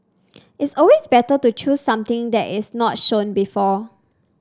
it's always better to choose something that is not shown before